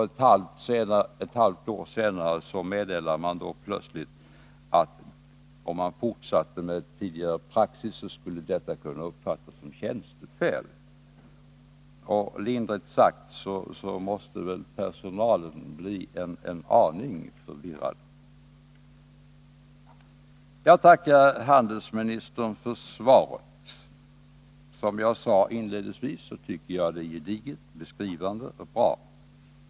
Ett halvt år senare meddelades plötsligt att det skulle kunna uppfattas som tjänstefel om man fortsatte med tidigare praxis. Lindrigt sagt måste väl personalen bli en aning förvirrad. Jag tackar handelsministern för svaret. Som jag sade inledningsvis tycker jag det är gediget, beskrivande och bra.